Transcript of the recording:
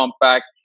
compact